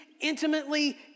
intimately